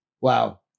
wow